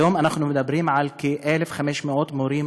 היום אנחנו מדברים על כ-1,500 מורים